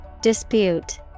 Dispute